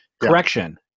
correction